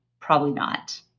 probably not.